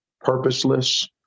purposeless